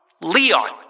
leon